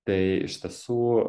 tai iš tiesų